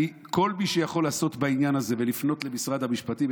כל מי שיכול לעשות בעניין הזה ולפנות למשרד המשפטים,